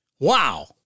Wow